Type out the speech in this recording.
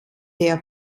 der